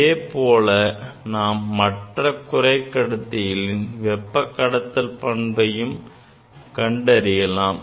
இதே போல் நாம் மற்ற குறைக்கடத்திகளின் வெப்பக் கடத்தல் பண்பையும் கண்டறியலாம்